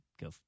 go